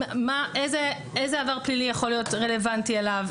איזה עבר פלילי יכול להיות רלוונטי אליו,